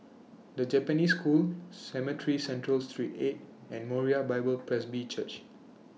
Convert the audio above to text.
The Japanese School Cemetry Central three eight and Moriah Bible Presby Church